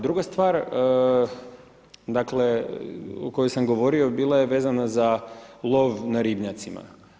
Druga stvar, dakle o kojoj sam govorio bila je vezana za lov na ribnjacima.